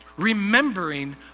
Remembering